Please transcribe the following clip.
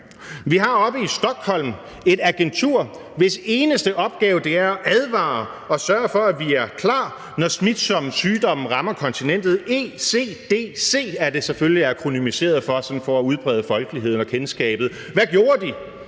Vi har oppe i Stockholm et agentur, hvis eneste opgave det er at advare og sørge for, at vi er klar, når smitsomme sygdomme rammer kontinentet; ECDC er det selvfølgelig akronymiseret – sådan for at udbrede folkeligheden og kendskabet. Hvad gjorde de?